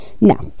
now